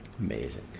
Amazing